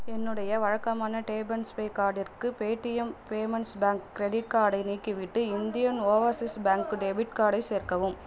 என்னுடைய வழக்கமான tap and pay கார்டிற்கு பேடிஎம் பேமென்ட்ஸ் பேங்க் கிரெடிட் கார்டை நீக்கிவிட்டு இந்தியன் ஓவர்சீஸ் பேங்க்கு டெபிட் கார்டைச் சேர்க்கவும்